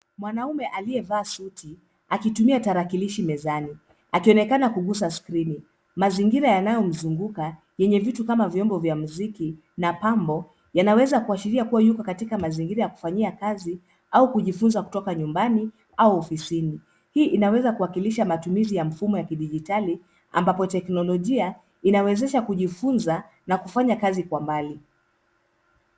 Mwanaume aliyevaa suti akitumia tarakilishi mezani akionekana kugusa skrini. Mazingira yanayomzunguka yenye vitu kama vyombo vya mziki na pambo yanaweza kuashiria yuko katika mazingira ya kufanyia kazi au kujifunza kutoka nyumbani au ofisini. Hii inaweza kuwakilisha matumizi ya mfumo wa kidijitali ambapo teknolojia inawezesha kujifunza na kufanya kazi kwa mbali.